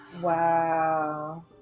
Wow